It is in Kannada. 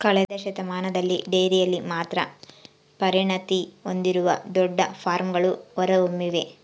ಕಳೆದ ಶತಮಾನದಲ್ಲಿ ಡೈರಿಯಲ್ಲಿ ಮಾತ್ರ ಪರಿಣತಿ ಹೊಂದಿರುವ ದೊಡ್ಡ ಫಾರ್ಮ್ಗಳು ಹೊರಹೊಮ್ಮಿವೆ